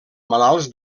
malalts